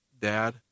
Dad